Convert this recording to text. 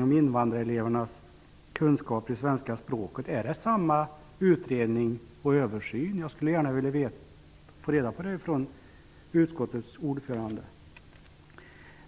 av invandrarelevernas kunskaper i svenska språket. Är det fråga om en och samma utredning? Jag skulle gärna vilja få reda på det genom utskottets ordförande.